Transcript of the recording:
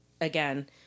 again